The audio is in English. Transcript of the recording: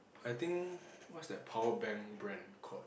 I think what's that power bank brand called